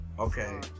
Okay